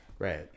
Right